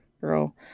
girl